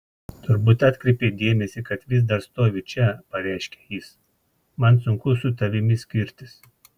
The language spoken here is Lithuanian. turbūt atkreipei dėmesį kad vis dar stoviu čia pareiškia jis man sunku su tavimi skirtis